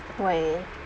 why